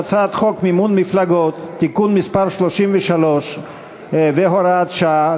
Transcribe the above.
הצעת חוק מימון מפלגות (תיקון מס' 33 והוראת שעה),